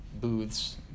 Booths